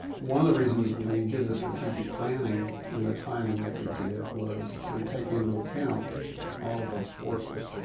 one of the reasons we did the strategic planning in the timing that we did, was to take into account all of those forces.